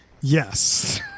Yes